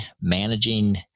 managing